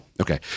Okay